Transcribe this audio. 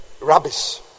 rubbish